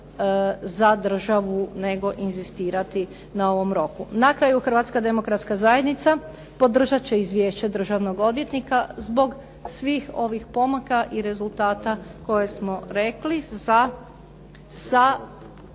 za državu nego inzistirati na ovom roku. Na kraju, Hrvatska demokratska zajednica podržat će izvješće državnog odvjetnika zbog svih ovih pomaka i rezultata koje smo rekli sa